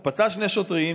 הוא פצע שני שוטרים,